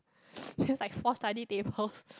then was like four study tables